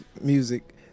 music